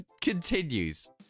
continues